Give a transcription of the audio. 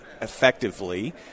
effectively